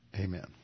Amen